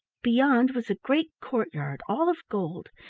beyond was a great courtyard all of gold,